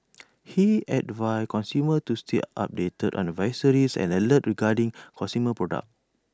he advised consumers to stay updated on advisories and alerts regarding consumer products